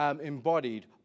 embodied